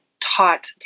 taught